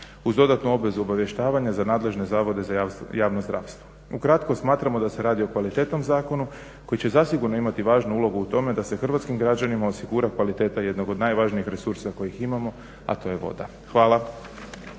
uz dodatnu obvezu obavještavanja za nadležne zavode za javno zdravstvo. Ukratko, smatramo da se radi o kvalitetnom zakonu koji će zasigurno imati važnu ulogu u tome da se hrvatskim građanima osigura kvaliteta jednog od najvažnijih resursa kojih imamo, a to je voda. Hvala.